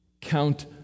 count